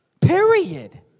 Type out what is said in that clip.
Period